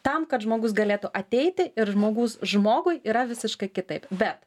tam kad žmogus galėtų ateiti ir žmogus žmogui yra visiškai kitaip bet